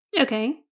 Okay